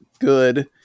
good